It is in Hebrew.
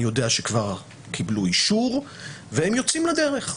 יודע שהם כבר קיבלו אישור והם יוצאים לדרך.